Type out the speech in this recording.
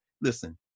Listen